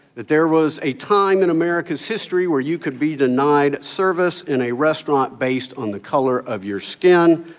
that there was a time in america's history where you could be denied service in a restaurant based on the color of your skin.